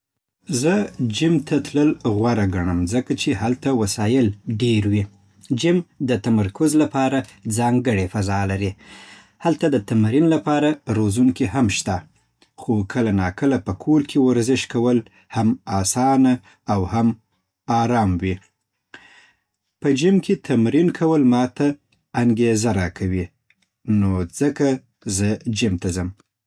زه جېم ته تلل غوره ګڼم ځکه چې هلته وسایل ډېر وي. جېم د تمرکز لپاره ځانګړې فضا لري. هلته د تمرین لپاره روزونکي هم شته. خو کله ناکله په کور کې ورزش کول هم آسانه او آرام وي. په جېم کې تمرین کول ما ته انګېزه راکوي. نو ځکه زه جیم ته ځم